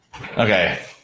Okay